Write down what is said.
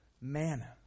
manna